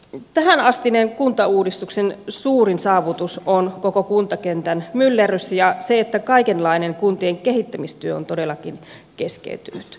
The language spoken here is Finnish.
tähänastinen kuntauudistuksen suurin saavutus on koko kuntakentän myllerrys ja se että kaikenlainen kuntien kehittämistyö on todellakin keskeytynyt